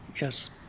yes